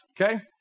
Okay